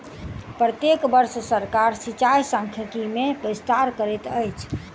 प्रत्येक वर्ष सरकार सिचाई सांख्यिकी मे विस्तार करैत अछि